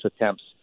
attempts